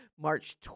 March